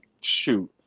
shoot